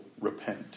repent